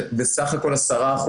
שבסך הכול 10%,